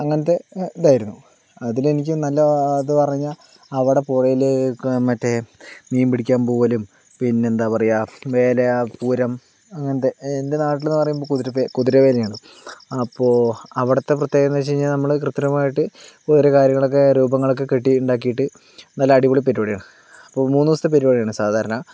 അങ്ങനത്തെ ഇതായിരുന്നു അതിലെനിക്ക് നല്ല അത് പറഞ്ഞാൽ അവിടെ പുഴയില് മറ്റേ മീൻപിടിക്കാൻ പോകലും പിന്നെന്താ പറയുക വേല പൂരം അങ്ങനത്തെ എൻ്റെ നാട്ടിലെന്ന് പറയുമ്പോൾ കുതിര കുതിരകാര്യാണ് അപ്പൊൾ അവിടത്തെ പ്രത്യേകത എന്താന്ന് വെച്ച് കഴിഞ്ഞാൽ നമ്മള് കൃത്രിമമായിട്ട് ഓരോ കാര്യങ്ങളൊക്കെ രൂപങ്ങളൊക്കെ കെട്ടി ഉണ്ടാക്കിയിട്ട് നല്ല അടിപൊളി പരിപാടിയാണ് അപ്പോ മൂന്ന് ദിവസത്തെ പരിപാടിയാണ് സാധാരണ